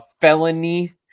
felony